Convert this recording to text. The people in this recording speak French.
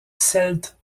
celtes